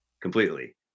completely